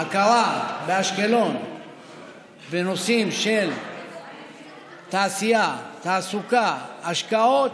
ההכרה באשקלון בנושאים של תעשייה, תעסוקה והשקעות,